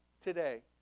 today